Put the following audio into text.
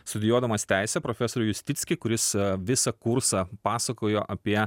studijuodamas teisę profesorių justickį kuris visą kursą pasakojo apie